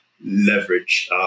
leverage